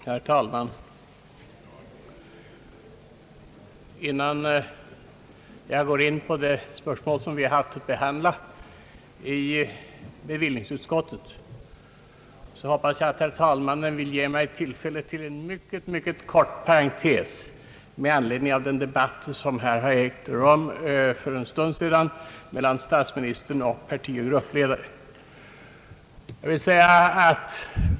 Herr talman! Innan jag går in på de spörsmål som vi haft att behandla i bevillningsutskottet, hoppas jag att herr talmannen tillåter mig att göra en mycket kort parentetisk kommentar med anledning av den debatt som här ägt rum mellan statsministern och partioch gruppledare.